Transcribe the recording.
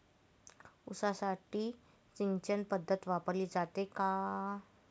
ऊसासाठी सिंचन पद्धत वापरली जाते का?